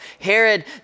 Herod